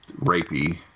rapey